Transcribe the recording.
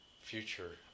future